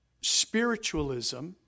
spiritualism